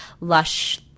lush